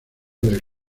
del